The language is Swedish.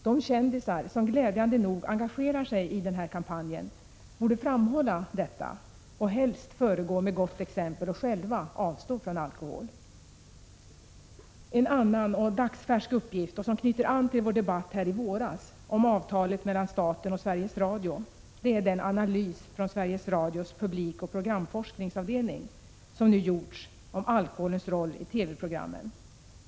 De kändisar som glädjande nog engagerar sig i denna kampanj borde framhålla detta och helst föregå med gott exempel och själva avstå från alkohol. En annan och dagsfärsk uppgift, som knyter an till vår debatt här i våras om avtalet mellan staten och Sveriges Radio, är den analys från Sveriges Radios publikoch programforskningsavdelning som nu gjorts om alkoholens roll i TV-programmen.